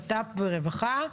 בט"פ ורווחה.